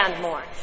more